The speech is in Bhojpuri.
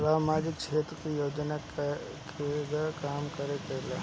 सामाजिक क्षेत्र की योजनाएं केगा काम करेले?